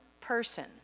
person